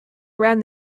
around